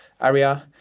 area